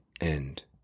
end